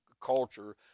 culture